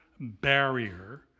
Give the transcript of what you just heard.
barrier